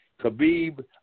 Khabib